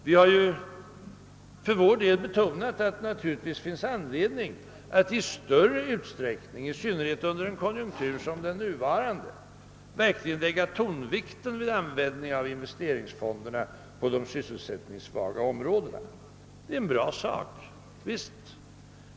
Vi har för vår del betonat att det finns all anledning att i större utsträckning, i synnerhet under en konjunktur som den nuvarande, verkligen lägga tonvikten vid användningen av investeringsfonderna i de sysselsättningssvaga områdena. Det är en bra sak.